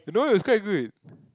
you know it was quite good